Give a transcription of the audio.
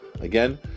Again